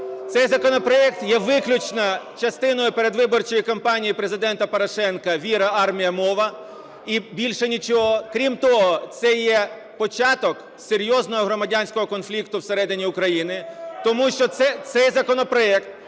Цей законопроект є виключно частиною передвиборчої кампанії Президента Порошенка: "Віра. Армія. Мова." – і більше нічого. Крім того, це є початок серйозного громадянського конфлікту всередині України, тому що цей законопроект